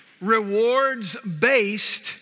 rewards-based